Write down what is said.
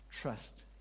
trust